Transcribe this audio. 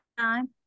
time